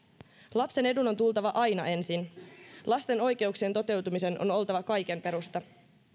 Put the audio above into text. lapsen edun on tultava aina ensin lasten oikeuksien toteutumisen on oltava kaiken perusta